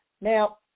Now